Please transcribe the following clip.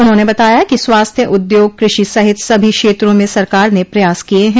उन्होंने बताया कि स्वास्थ्य उद्योग कृषि सहित सभी क्षेत्रों में सरकार ने प्रयास किये हैं